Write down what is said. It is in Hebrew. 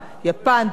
מקסיקו,